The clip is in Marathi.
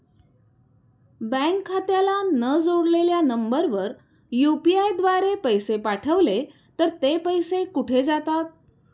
बँक खात्याला न जोडलेल्या नंबरवर यु.पी.आय द्वारे पैसे पाठवले तर ते पैसे कुठे जातात?